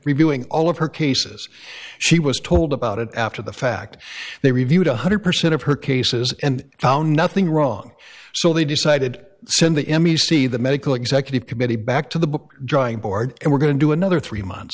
reviewing all of her cases she was told about it after the fact they reviewed one hundred percent of her cases and found nothing wrong so they decided send the m e c the medical executive committee back to the book drawing board and we're going to do another three months